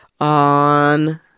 on